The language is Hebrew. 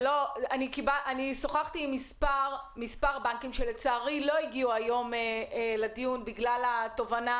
אני שוחחתי עם מספר בנקים שלצערי לא הגיעו היום לדיון בגלל התובענה